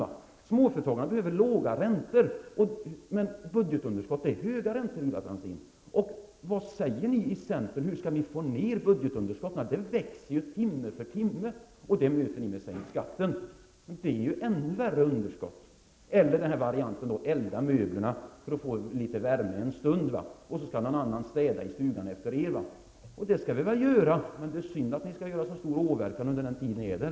Vad småföretagarna behöver är låga räntor, men budgetunderskott medför höga räntor, Ivar Franzén. Vad säger ni i centern? Hur skall ni få ner budgetunderskottet? Det växer ju timme för timme, och det möter ni med uppmaningen: Sänk skatten! Det ger ännu värre underskott. Eller också väljer ni varianten att elda upp möblerna och få litet värme en stund. Sedan skall någon annan städa i stugan efter er, och det skall väl vi göra, men det är synd att ni skall göra så stor åverkan under den tid ni är där.